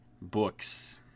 books